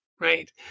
right